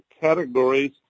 categories